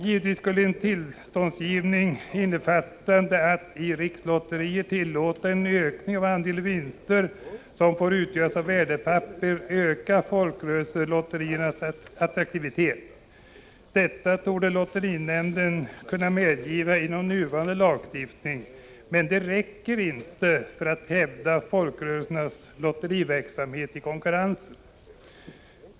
Givetvis skulle en tillståndsgivning innebärande att i rikslotterier tillåta en ökning av andelen vinster som får utgöras av värdepapper öka folkrörelselotteriernas attraktivitet. Detta torde lotterinämnden kunna medgiva inom nuvarande lagstiftning. Men det räcker inte för att hävda folkrörelsernas lotteriverksamhet i konkurrensen.